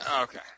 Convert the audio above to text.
okay